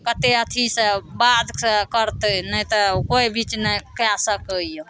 कते अथी सँ बाद सँ करतै नै तऽ कोइ बीच नै कए सकै यऽ